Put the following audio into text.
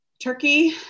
Turkey